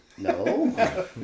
No